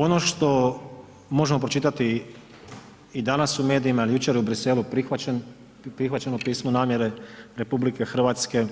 Ono što možemo pročitati i danas u medijima jer je jučer u Briselu prihvaćeno pismo namjere RH,